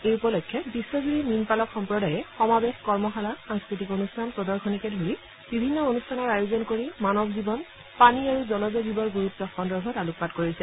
এই উপলক্ষে বিশ্বজুৰি মীনপালক সম্প্ৰদায়ে সমাৱেশ কৰ্মশালা সাংস্কৃতিক অনুষ্ঠান প্ৰদশনীকে ধৰি বিভিন্ন অনুষ্ঠানৰ আয়োজন কৰি মানৱ জীৱন পানী আৰু জলজ জীৱৰ গুৰুত্ সন্দৰ্ভত আলোকপাত কৰিছে